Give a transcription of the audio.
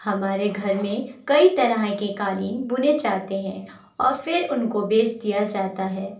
ہمارے گھر میں کئی طرح کے قالین بنے جاتے ہیں اور پھر ان کو بیچ دیا جاتا ہے